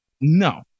No